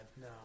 no